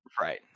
right